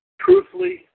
truthfully